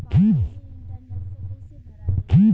पानी के bill internet से कइसे भराई?